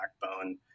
backbone